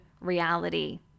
reality